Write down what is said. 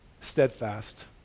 steadfast